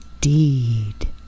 deed